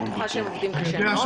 אני בטוחה שהם עובדים קשה מאוד.